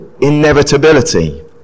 inevitability